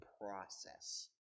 process